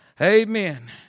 Amen